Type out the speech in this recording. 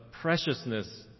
preciousness